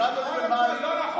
זה לא נכון, זה לא נכון.